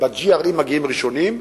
ב-GRE הם מגיעים ראשונים.